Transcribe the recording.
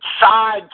Side